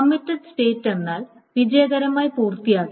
committed state എന്നാൽ വിജയകരമായി പൂർത്തിയായി